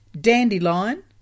dandelion